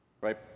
right